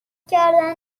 کردن